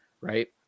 right